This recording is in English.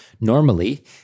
Normally